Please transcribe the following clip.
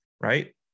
right